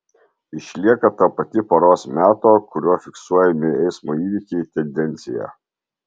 išlieka ta pati paros meto kuriuo fiksuojami eismo įvykiai tendencija